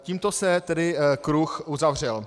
Tímto se tedy kruh uzavřel.